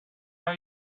are